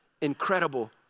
incredible